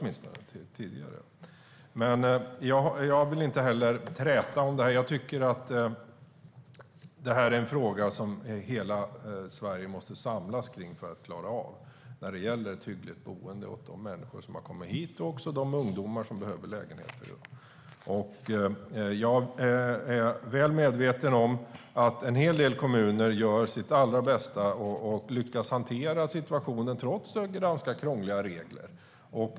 Jag vill inte heller träta om det här. Hela Sverige måste samlas kring denna fråga för att man ska klara av boenden för de människor som har kommit hit och för de ungdomar som behöver lägenheter. Jag är väl medveten om att en hel del kommuner gör sitt allra bästa och lyckas att hantera situationen trots ganska krångliga regler.